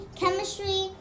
chemistry